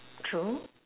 true